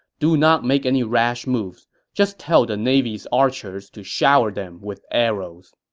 do not make any rash moves. just tell the navy's archers to shower them with arrows.